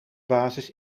basis